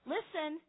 Listen